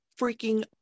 freaking